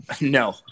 No